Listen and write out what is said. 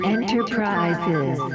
Enterprises